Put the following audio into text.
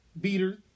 beater